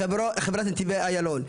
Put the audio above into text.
"החברה לנתיבי איילון",